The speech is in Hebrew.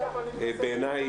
בעיניי,